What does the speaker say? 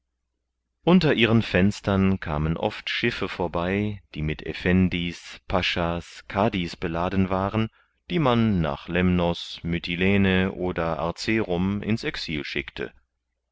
unter ihren fenstern kamen oft schiffe vorbei die mit effendi's pascha's kadi's beladen waren die man nach lemnos mytilene oder arzerum ins exil schickte